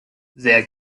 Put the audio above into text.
sehr